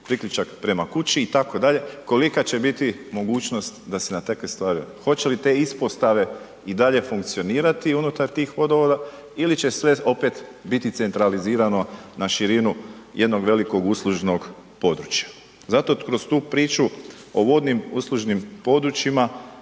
priključak prema kući itd., kolika će biti mogućnost da se na takve stvari, hoće li te ispostave i dalje funkcionirati unutar tih vodovoda ili će sve opet biti centralizirano na širinu jednog velikog uslužnog područja? Zato kroz tu priču o vodnim uslužnim područjima